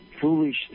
foolish